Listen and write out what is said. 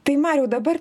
tai mariau dabar